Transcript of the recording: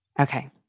Okay